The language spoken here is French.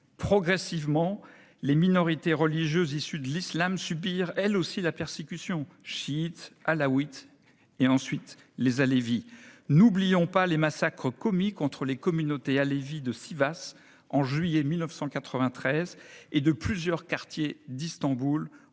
Progressivement, les minorités religieuses issues de l'islam subirent elles aussi la persécution : chiites, alaouites et alévis. N'oublions pas les massacres commis contre les communautés alévis de Sivas en juillet 1993 et de plusieurs quartiers d'Istanbul